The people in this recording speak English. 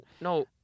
no